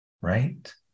Right